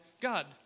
God